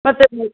ಮತ್ತೆ ಅದನ್ನು